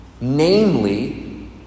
Namely